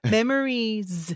Memories